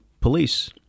police